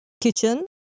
Kitchen